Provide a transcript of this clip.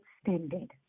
extended